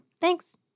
Thanks